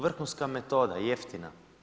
Vrhunska metoda, jeftina.